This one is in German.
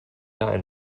ein